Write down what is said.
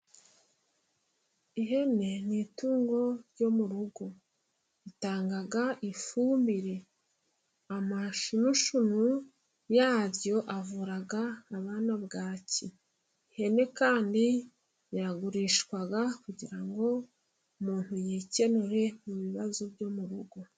Ihene ni itungo ryo mu rugo. Itanga ifumbire. Amashunushunu yayo avura abana bwaki. Ihene kandi yagurishwa kugira ngo umuntu yikenure mu bibazo byo mu rugo.